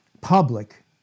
public